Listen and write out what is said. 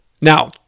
Now